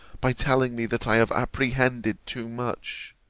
by telling me that i have apprehended too much